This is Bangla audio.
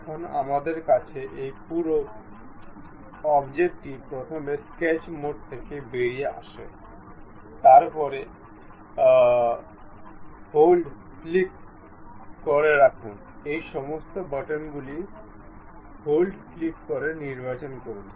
এখন আমাদের কাছে এই পুরো অবজেক্টটি প্রথমে স্কেচ মোড থেকে বেরিয়ে আসে তারপরে হোল্ড ক্লিক করে এই সমস্ত বাটনগুলি হোল্ড ক্লিক করে নির্বাচন করুন